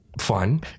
Fun